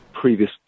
previous